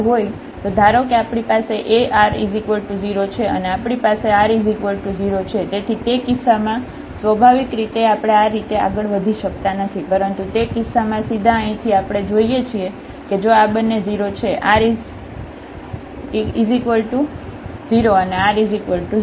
હોય તો ધારો કે આપણી પાસે a r 0 છે અને આપણી પાસે r 0 છે તેથી તે કિસ્સામાં સ્વાભાવિક રીતે આપણે આ રીતે આગળ વધી શકતા નથી પરંતુ તે કિસ્સામાં સીધા અહીંથી આપણે જોઈએ છીએ કે જો આ બંને 0 છે r 0 અને r 0